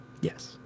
Yes